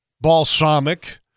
balsamic